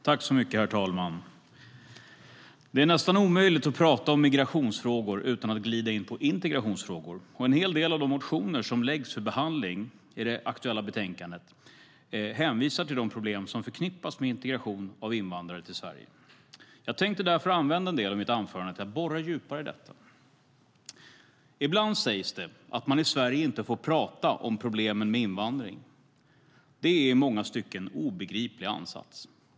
Herr talman! Det är nästan omöjligt att prata om migrationsfrågor utan att glida in på integrationsfrågor, och en hel del av de motioner som behandlas i betänkandet hänvisar till de problem som förknippas med integration av invandrare i Sverige. Jag tänkte därför använda en del av mitt anförande till att borra djupare i detta. Ibland sägs det att man i Sverige inte får tala om problemen med invandring. Det är i många stycken en obegriplig ansats.